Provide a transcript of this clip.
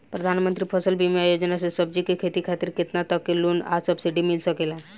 प्रधानमंत्री फसल बीमा योजना से सब्जी के खेती खातिर केतना तक के लोन आ सब्सिडी मिल सकेला?